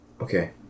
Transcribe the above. Okay